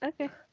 okay